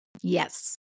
Yes